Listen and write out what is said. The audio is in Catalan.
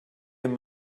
amb